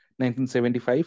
1975